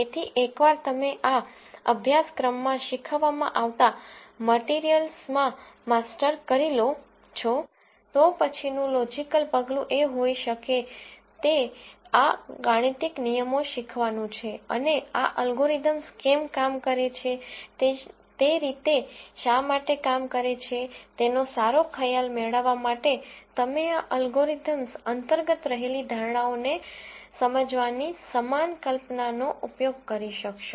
તેથી એકવાર તમે આ અભ્યાસક્રમમાં શીખવવામાં આવતા મટીરીયલમાં માસ્ટર કરી લો છો તો પછીનું લોજીકલ પગલુ એ હોય શકે તે આ ગાણિતીક નિયમો શીખવાનું છે અને આ અલ્ગોરિધમ્સ કેમ કામ કરે છે તે રીતે શા માટે કામ કરે છે તેનો સારો ખ્યાલ મેળવવા માટે તમે આ અલ્ગોરિધમ્સ અંતર્ગત રહેલી ધારણાઓને સમજવાની સમાન કલ્પનાનો ઉપયોગ કરી શકશો